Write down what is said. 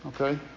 Okay